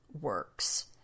works